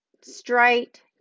straight